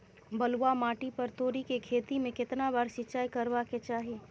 बलुआ माटी पर तोरी के खेती में केतना बार सिंचाई करबा के चाही?